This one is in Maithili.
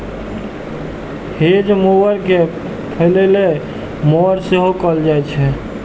हेज मोवर कें फलैले मोवर सेहो कहल जाइ छै